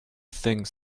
think